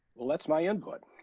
well, that's my input.